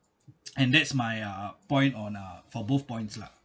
and that's my uh point on uh for both points lah